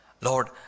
Lord